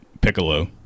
Piccolo